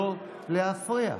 לא להפריע.